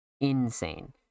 insane